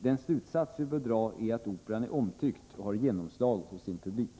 Den slutsats vi bör dra är att Operan är omtyckt och har genomslag hos sin publik.